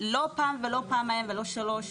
לא פעם ולא פעמיים ולא שלוש,